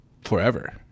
forever